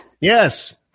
Yes